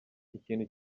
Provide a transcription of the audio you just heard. ikintu